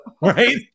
right